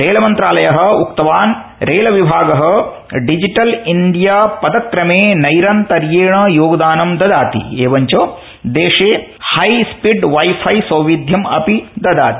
रेलमन्त्रालय उक्तवान् रेलवेविभाग digital India पदक्रमे नैरन्तर्येण योगदानं ददाति एवञ्च देशे हाई स्पीड वाई फाई सौंविध्यम् अपि ददाति